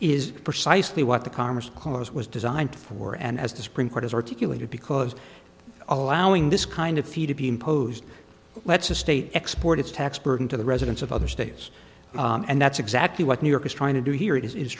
is precisely what the commerce clause was designed for and as the supreme court has articulated because allowing this kind of fee to be imposed lets a state export its tax burden to the residents of other states and that's exactly what new york is trying to do here it is is